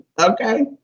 okay